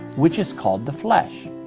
which is called the flesh.